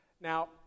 Now